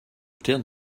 terre